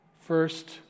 First